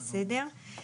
בסדר גמור.